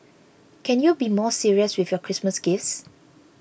can you be more serious with your Christmas gifts